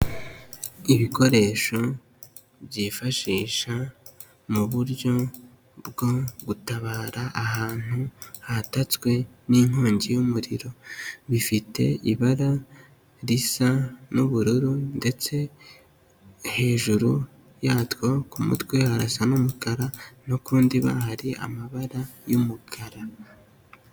Ibikoresho byifashisha mu buryo bwo gutabara ahantu hatatswe n'inkongi y'umuriro, bifite ibara risa n'ubururu ndetse hejuru yatwo ku mutwe hasa n'umukara no ku ndiba hari amabara y'umukara.